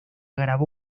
grabó